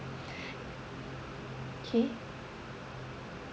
okay